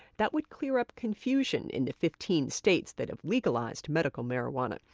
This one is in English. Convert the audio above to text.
that would clear up confusion in the fifteen states that have legalized medical marijuana.